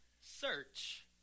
search